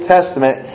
Testament